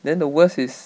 then the worst is